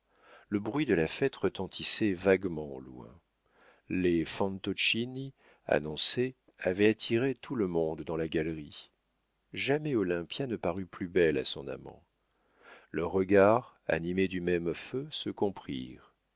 le bruit de la fête retentissait vaguement au loin les fantoccini annoncés avaient attiré tout le monde dans la galerie jamais olympia ne parut plus belle à son amant leurs regards animés du même feu se comprirent